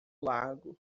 lago